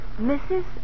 Mrs